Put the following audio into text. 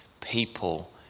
people